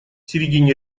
середине